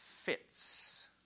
fits